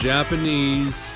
Japanese